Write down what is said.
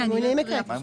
אמונים, הקראתי.